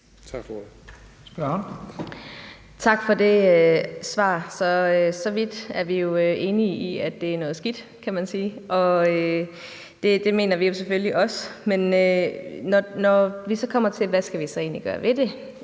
Tak for det svar. Vi er jo enige så vidt som, at det er noget skidt. Det mener vi selvfølgelig også. Men når vi så kommer til, hvad vi egentlig skal gøre ved det,